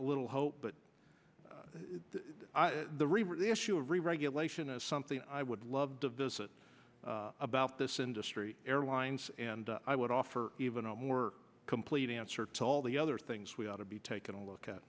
a little hope but the real issue of reregulation is something i would love to visit about this industry airlines and i would offer even a more complete answer to all the other things we ought to be taking a look at